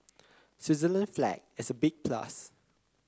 Switzerland flag is a big plus